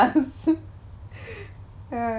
I'm su~ ya